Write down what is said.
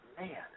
man